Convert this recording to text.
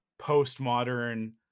postmodern